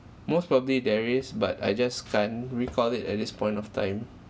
most probably there is but I just can't recall it at this point of time